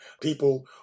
people